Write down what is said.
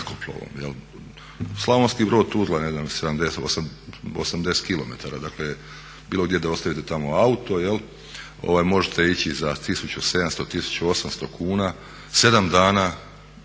Slavonski Brod - Tuzla ne znam 80 km. Dakle, bilo gdje da ostavite tamo auto jel' možete ići za 1700, 1800 kuna 7 dana